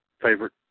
favorite